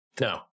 No